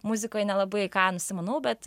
muzikoj nelabai ką nusimanau bet